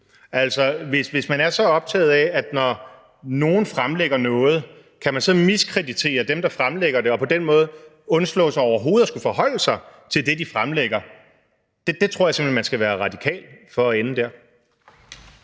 Altså, hvis man er så optaget af, når nogen fremlægger noget, at spørge, om man kan miskreditere dem, der fremlægger det, så man på den måde kan undslå sig overhovedet at skulle forholde sig til det, de fremlægger, så tror jeg simpelt hen man skal være radikal for at ende der.